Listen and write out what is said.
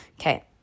Okay